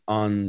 on